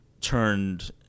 turned